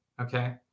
Okay